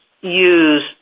use